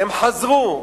הם חזרו,